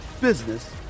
business